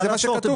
זה מה שכתוב כאן.